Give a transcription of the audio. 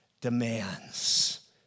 demands